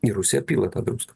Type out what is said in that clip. ir rusija pila tą druską